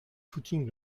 footing